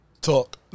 Talk